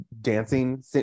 dancing